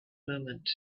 moment